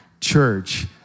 church